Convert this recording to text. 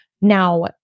Now